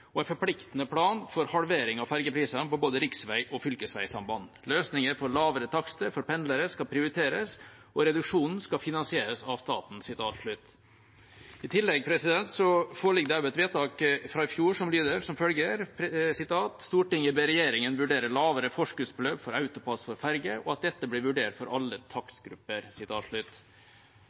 og en forpliktende plan for halvering av fergepriser på både riksveg- og fylkesvegsamband. Løsninger for lavere takster for pendlere skal prioriteres og reduksjonen skal finansieres av staten.» I tillegg foreligger det også et vedtak fra i fjor som lyder som følger: «Stortinget ber regjeringen vurdere lavere forskuddsbeløp for AutoPASS for ferge, og at dette blir vurdert for alle takstgrupper.»